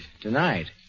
tonight